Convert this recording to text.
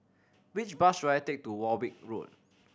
which bus should I take to Warwick Road